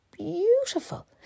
beautiful